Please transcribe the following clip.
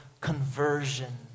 conversion